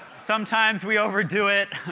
sometimes we overdo it.